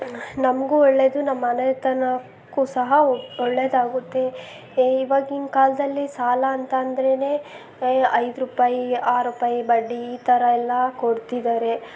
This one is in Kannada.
ನಮಗೂ ಒಳ್ಳೆಯದು ನಮ್ಮ ಮನೆತನಕ್ಕೂ ಸಹ ಒಳ್ಳೆಯದಾಗುತ್ತೆ ಇವಾಗಿನ ಕಾಲದಲ್ಲಿ ಸಾಲ ಅಂತ ಅಂದರೇನೇ ಐದು ರೂಪಾಯಿ ಆರು ರೂಪಾಯಿ ಬಡ್ಡಿ ಈ ಥರ ಎಲ್ಲ ಕೊಡ್ತಿದ್ದಾರೆ